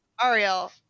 Ariel